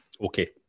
okay